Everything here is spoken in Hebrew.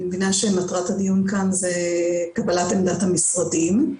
אני מבינה שמטרת הדיון זה קבלת עמדת המשרדים.